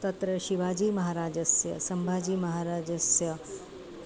तत्र शिवाजीमहाराजस्य सम्भाजीमहाराजस्य